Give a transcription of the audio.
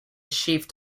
shift